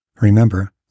Remember